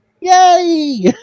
yay